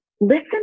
listen